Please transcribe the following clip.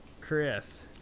Chris